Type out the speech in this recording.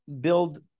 build